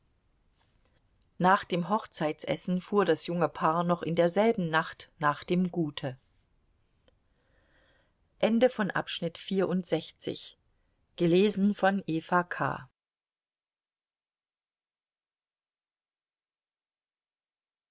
nach dem hochzeitsessen fuhr das junge paar noch in derselben nacht nach dem gute